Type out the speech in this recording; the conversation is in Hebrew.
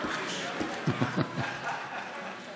לפעמים אתה מכחיש.